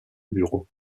bureaux